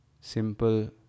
simple